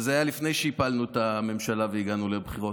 וזה היה לפני שהפלנו את הממשלה והגענו לבחירות,